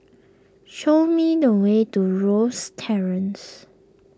show me the way to Rosyth Terrace